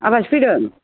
आलासि फैदों